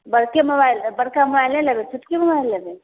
बड़के मोबाइल बड़का मोबाइल नहि लेबै छोटकी मोबाइल लेबै